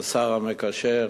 השר המקשר,